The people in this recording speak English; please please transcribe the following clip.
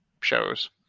shows